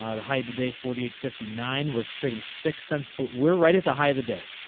ah the high today forty eight fifty nine was trading six cents below we're right at the high of the day.